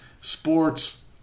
sports